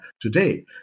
today